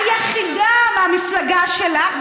היחידה מהמפלגה שלך.